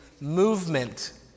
Movement